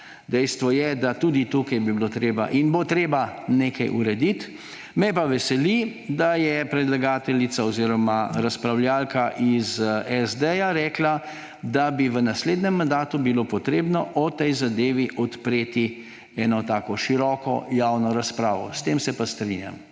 Dejstvo je, da bi bilo tudi tukaj treba in bo treba nekaj urediti. Me pa veseli, da je predlagateljica oziroma razpravljavka iz SD rekla, da bi bilo v naslednjem mandatu potrebno o tej zadevi odpreti eno široko javno razpravo. S tem se pa strinjam.